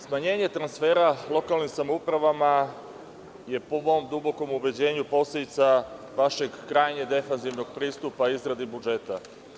Smanjenje transfera lokalnim samoupravama je, po mom dubokom ubeđenju, posledica vašeg krajnje defanzivnog pristupa izradi budžeta.